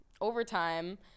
overtime